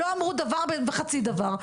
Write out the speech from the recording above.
לא אמרו דבר וחצי דבר.